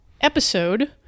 episode